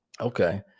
Okay